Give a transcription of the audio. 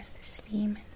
steam